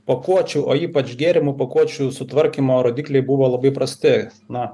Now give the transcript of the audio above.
pakuočių o ypač gėrimų pakuočių sutvarkymo rodikliai buvo labai prasti na